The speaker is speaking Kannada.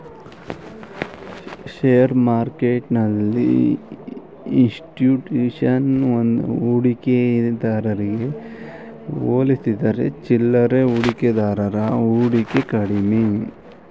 ಶೇರ್ ಮಾರ್ಕೆಟ್ಟೆಲ್ಲಿ ಇನ್ಸ್ಟಿಟ್ಯೂಷನ್ ಹೂಡಿಕೆದಾರಗೆ ಹೋಲಿಸಿದರೆ ಚಿಲ್ಲರೆ ಹೂಡಿಕೆದಾರರ ಹೂಡಿಕೆ ಕಡಿಮೆ